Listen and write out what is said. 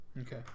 Okay